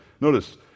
Notice